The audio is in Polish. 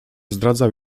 zdradzał